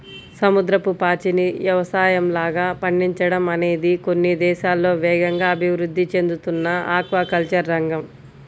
సముద్రపు పాచిని యవసాయంలాగా పండించడం అనేది కొన్ని దేశాల్లో వేగంగా అభివృద్ధి చెందుతున్న ఆక్వాకల్చర్ రంగం